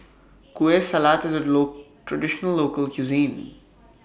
Kueh Salat IS A Low Traditional Local Cuisine